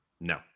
No